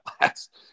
last